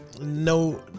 no